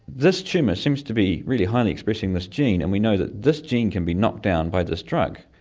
this tumour seems to be really highly expressing this gene and we know that this gene can be knocked down by this drug,